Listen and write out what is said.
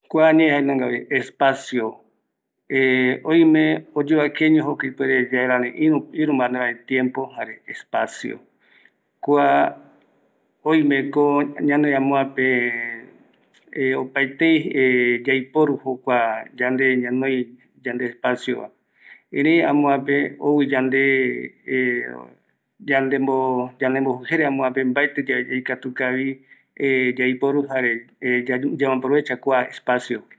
Oimetai yaeya mbae misirai yaiyatai misikatai jokope oï vaera, esa mbaeti ye yandepuere yaeya jokua garavi yandepuere ma tenonde yaeya garama yandepuere